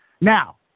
now